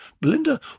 Belinda